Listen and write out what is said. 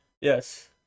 Yes